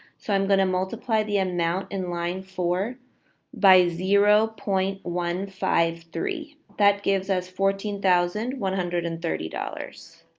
so i'm going to multiply the amount in line four by zero point one five three. that gives us fourteen thousand one hundred and thirty dollars.